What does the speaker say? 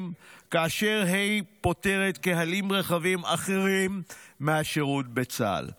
כאשר היא פוטרת קהלים רחבים אחרים מהשירות בצה"ל.